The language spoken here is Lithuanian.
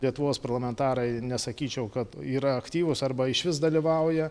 lietuvos parlamentarai nesakyčiau kad yra aktyvūs arba išvis dalyvauja